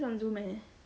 on zoom eh